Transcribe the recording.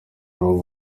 nabo